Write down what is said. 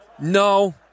No